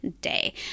day